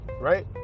right